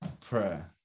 prayer